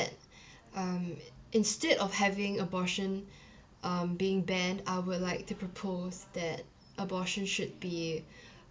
um instead of having abortion uh being banned I would like to propose that abortion should be